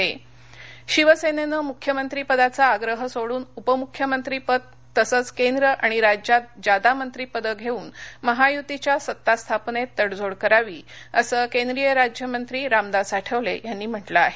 रामदास आठवले शिवसेनेनं मुख्यमंत्री पदाचा आग्रह सोडून उपमुख्यमंत्री पद तसंच केंद्र आणि राज्यात जादा मंत्रिपदे घेवून महायुतीच्या सत्तास्थापनेत तडजोड करावी असं केंद्रीय राज्य मंत्री रामदास आठवले यांनी म्हटले आहे